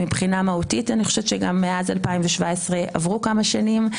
מבחינה מהותית אני חושבת שמאז 2017 עברו כמה שנים,